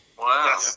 Wow